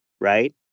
right